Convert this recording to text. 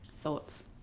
Thoughts